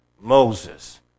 Moses